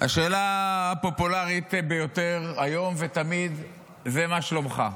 השאלה הפופולרית ביותר היום ותמיד זה מה שלומךָ?